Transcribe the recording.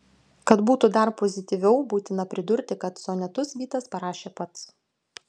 kad būtų dar pozityviau būtina pridurti kad sonetus vytas parašė pats